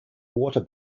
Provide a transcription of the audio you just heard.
water